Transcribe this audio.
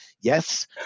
Yes